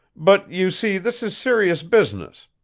but, you see, this is serious business.